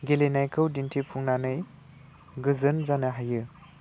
गेलेनायखौ दिन्थिफुंनानै गोजोन जानो हायो